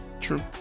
True